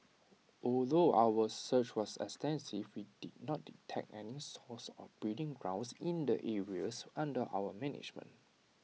although our search was extensive we did not detect any source or breeding grounds in the areas under our management